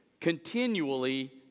continually